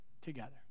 together